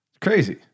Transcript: Crazy